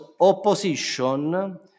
opposition